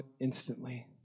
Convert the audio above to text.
instantly